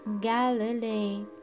galilee